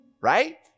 right